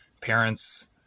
parents